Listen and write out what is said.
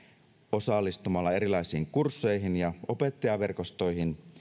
osallistumalla erilaisiin kursseihin ja opettajaverkostoihin